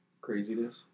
craziness